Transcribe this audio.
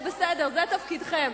זה בסדר, זה תפקידכם.